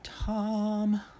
Tom